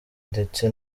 ndetse